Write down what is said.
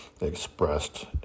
expressed